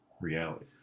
reality